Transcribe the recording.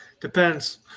depends